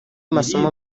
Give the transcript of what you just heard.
masomo